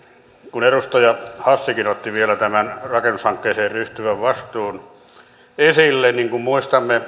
kun edustaja hassikin otti vielä tämän rakennushankkeeseen ryhtyvän vastuun esille muistamme